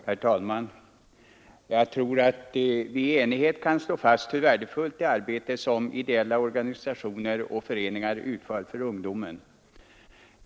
Herr talman! Jag tror att vi i enighet kan slå fast hur värdefullt det arbete är som ideella organisationer och föreningar utför för ungdomen.